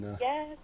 yes